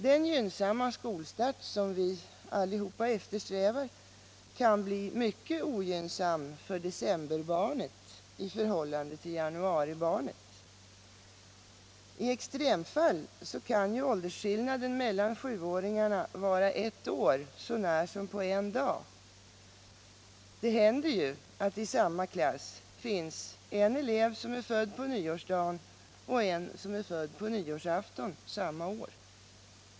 Den gynnsamma skolstart som vi alla eftersträvar kan bli mycket ogynnsam för decemberbarnet i förhållande till januaribarnet. I extrema fall kan åldersskillnaden mellan sjuåringarna vara ett år så när som på en dag. Det händer ju att i samma klass finns en elev som är född på nyårsdagen och en som är född på nyårsafton samma år.